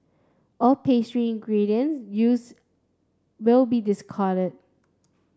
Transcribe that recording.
all pastries and ingredients used will be discarded